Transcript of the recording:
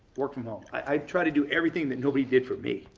work from home. i try to do everything that nobody did for me.